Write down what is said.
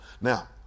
Now